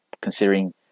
considering